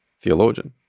theologian